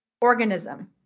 organism